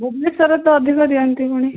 ଭୁବନେଶ୍ୱରରେ ତ ଅଧିକ ଦିଅନ୍ତି ପୁଣି